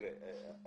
תראה,